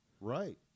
right